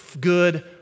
good